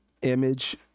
image